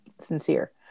sincere